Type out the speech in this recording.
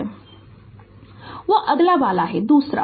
Refer Slide Time 0934 तो अगला वाला है दूसरा